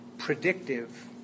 predictive